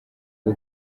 bwo